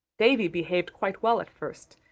davy behaved quite well at first,